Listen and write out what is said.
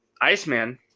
Iceman